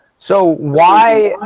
so why?